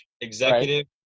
executive